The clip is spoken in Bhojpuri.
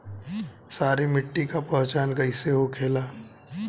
सारी मिट्टी का पहचान कैसे होखेला?